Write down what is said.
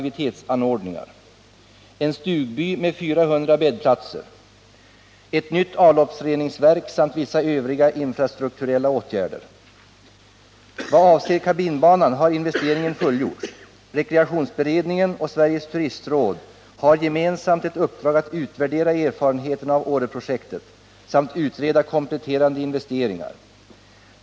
Vad avser kabinbanan har investeringen fullgjorts. Rekreationsberedningen och Sveriges turistråd har gemensamt ett uppdrag att utvärdera erfarenheterna av Åreprojektet samt utreda kompletterande investeringar.